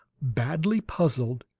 badly puzzled,